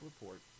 report